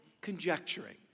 conjecturing